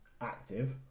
active